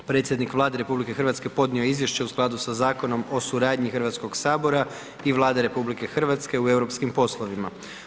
Predsjednik Vlade RH podnio je izvješće u skladu sa Zakonom o suradnji Hrvatskog sabora i Vlade RH u europskim poslovima.